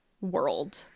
world